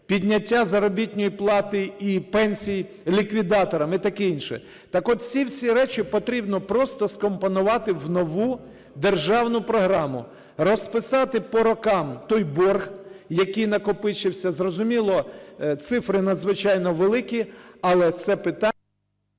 підняття заробітної плати і пенсій ліквідаторам і таке інше. Так от ці всі речі потрібно просто скомпонувати в нову державну програму, розписати по роках той борг, який накопичився. Зрозуміло, цифри надзвичайно великі, але це питання…